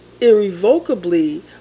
irrevocably